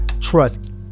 trust